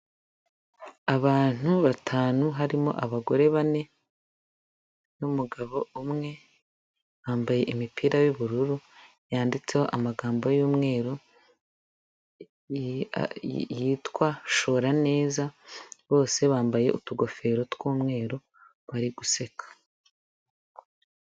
Abantu batanu harimo abagore bane n'umugabo umwe, bambaye imipira y'ubururu yanditseho amagambo y'umweru yitwa shora neza, bose bambaye utugofero tw'umweru, bari guseka.